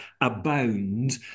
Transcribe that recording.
abound